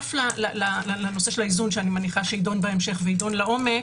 בנוסף לנושא של האיזון שאני מניחה שיידון בהמשך וידון לעומק,